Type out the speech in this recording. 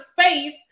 space